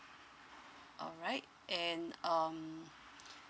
alright and um